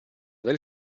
del